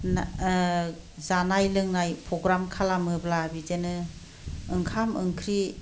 जानाय लोंनाय प्र'ग्राम खालामोब्ला बिदिनो ओंखाम ओंख्रि